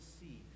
see